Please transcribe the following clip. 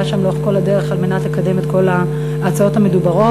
והיה שם לאורך כל הדרך על מנת לקדם את כל ההצעות המדוברות.